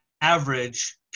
average